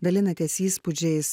dalinatės įspūdžiais